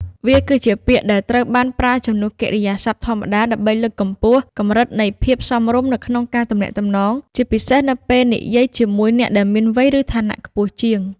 វាគឺជាពាក្យដែលត្រូវបានប្រើជំនួសកិរិយាសព្ទធម្មតា ដើម្បីលើកកម្ពស់កម្រិតនៃភាពសមរម្យនៅក្នុងការទំនាក់ទំនង ជាពិសេសនៅពេលនិយាយជាមួយអ្នកដែលមានវ័យ ឬឋានៈខ្ពស់ជាង។